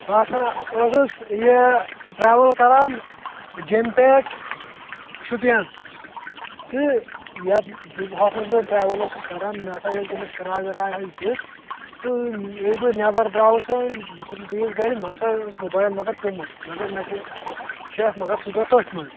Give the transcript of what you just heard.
بہٕ ہسا ٲسٕس یہِ ٹرٛاوٕل کَران جیٚمہٕ پٮ۪ٹھ شُپین تہٕ یَتھ ہۅتھ منٛز بہٕ ٹرٛیوٕل اوسُس کَران مےٚ ہسا ییٚلہِ تٔمِس کِراے وِراے حظ دِژ تہٕ ییٚلہِ بہٕ نٮ۪بر درٛاس وۅنی بہٕ کھوٚتُس بیٚیِس گاڑِ مےٚ ہسا اوس موبایِل مگر پٮ۪ومُت مگر مےٚ چھُ شک مگر سُہ چھُ مےٚ تٔتھۍ منٛز